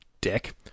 Dick